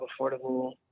affordable